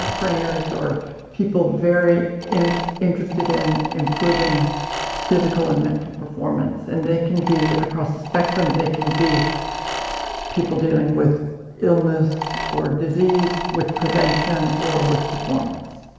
and trainers, or people very interested in improving physical and mental performance, and they can be across the spectrum. they can be people dealing with illness or disease with prevention or with performance,